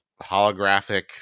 holographic